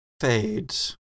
fades